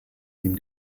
ihm